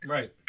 Right